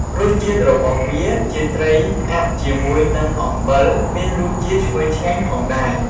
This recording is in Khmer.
រសជាតិរបស់វាជាត្រីផ្អាប់ជាមួយនឹងអំបិលមានរសជាតិឈ្ងុយឆ្ងាញ់ផងដែរ។